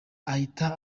ahita